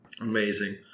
Amazing